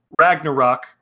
Ragnarok